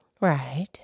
Right